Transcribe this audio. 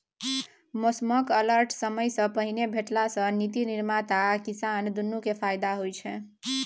मौसमक अलर्ट समयसँ पहिने भेटला सँ नीति निर्माता आ किसान दुनु केँ फाएदा होइ छै